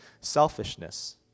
selfishness